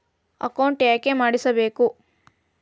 Account ಯಾಕ್ ಮಾಡಿಸಬೇಕು?